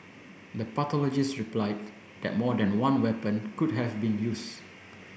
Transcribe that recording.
the pathologist replied that more than one weapon could have been used